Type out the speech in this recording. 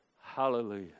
Hallelujah